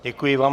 Děkuji vám.